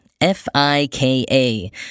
F-I-K-A